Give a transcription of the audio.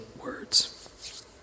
words